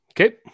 Okay